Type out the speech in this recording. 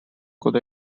good